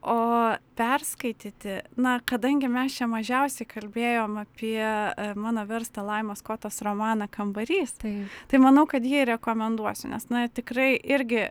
o perskaityti na kadangi mes čia mažiausiai kalbėjom apie mano verstą laimos kotos romaną kambarys tai tai manau kad jį rekomenduosiu nes na tikrai irgi